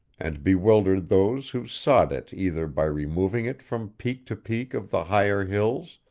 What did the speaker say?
and bewildered those who sought it either by removing it from peak to peak of the higher hills,